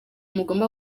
mugomba